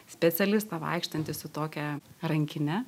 specialistą vaikštantį su tokia rankine